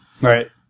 Right